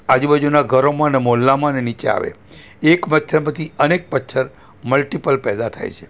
આજુબાજુનાં ઘરોમાં ને મહોલ્લામાં ને નીચે આવે એક મચ્છરમાંથી અનેક મચ્છર મલ્ટિપલ પેદા થાય છે